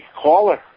caller